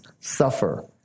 suffer